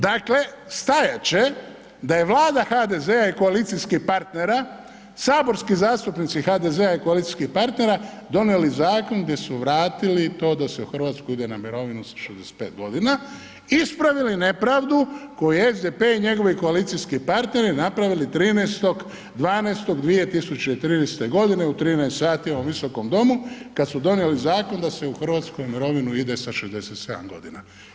Dakle stajat će da je vlada HDZ-a i koalicijskih partnera saborski zastupnici HDZ-a i koalicijskih partnera donijeli zakon gdje su vratili to da se u Hrvatskoj ide u mirovinu sa 65 godina, ispravili nepravdu koju je SDP i njegovi koalicijski partneri napravili 13.12.2013. u 13,00 u ovom Visokom domu kada su donijeli zakon da se u Hrvatskoj u mirovinu sa 67 godina.